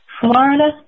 Florida